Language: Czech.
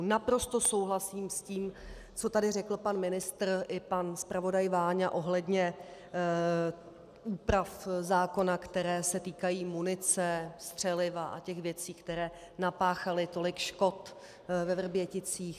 Naprosto souhlasím s tím, co tady řekl pan ministr i pan zpravodaj Váňa ohledně úprav zákona, které se týkají munice, střeliva a těch věcí, které napáchaly tolik škod ve Vrběticích.